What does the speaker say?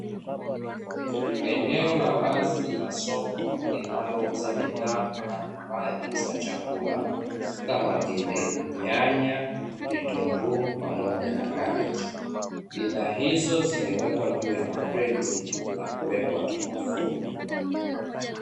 Eneo la wazi la soko linalouza bidhaa mbalimbali za chakula kama vile: nyanyan, vitunguu pamoja na kabichi; bidhaa hizo zimewekwa juu ya makreti na kuwekwa kimafungu.